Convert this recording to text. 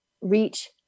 reach